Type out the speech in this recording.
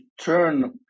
turn